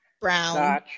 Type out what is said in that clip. brown